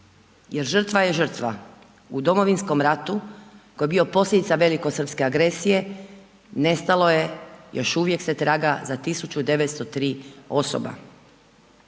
jer žrtva je žrtva. U Domovinskom ratu koji je bio posljedica velikosrpske agresije nestalo je, još uvijek se traga za 1903 osoba.